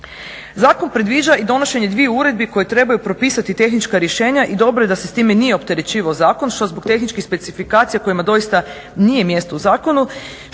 Zakon predviđa i donošenje dviju uredbi koje trebaju propisati tehnička rješenja i dobro je da se s time nije opterećivao zakon što zbog tehničkih specifikacija kojima doista nije mjesto u zakonu,